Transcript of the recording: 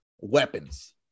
weapons